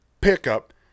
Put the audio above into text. pickup